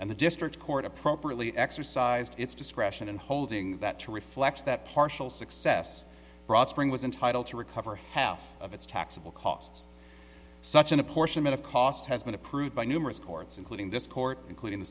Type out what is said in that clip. and the district court appropriately exercised its discretion in holding that to reflect that partial success spring was entitled to recover half of its taxable costs such in a portion of costs has been approved by numerous courts including this court including the